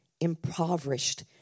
impoverished